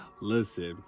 Listen